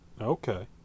Okay